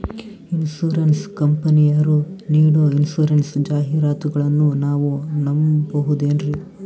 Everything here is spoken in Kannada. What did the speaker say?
ಇನ್ಸೂರೆನ್ಸ್ ಕಂಪನಿಯರು ನೀಡೋ ಇನ್ಸೂರೆನ್ಸ್ ಜಾಹಿರಾತುಗಳನ್ನು ನಾವು ನಂಬಹುದೇನ್ರಿ?